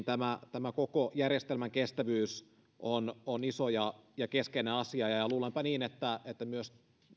tämä koko järjestelmän kestävyys on on iso ja keskeinen asia ja ja luulenpa niin että